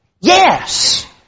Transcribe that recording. yes